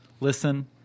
listen